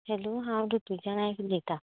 hello हांव रुतुजा नायक उलयता